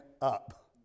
up